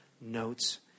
notes